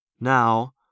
Now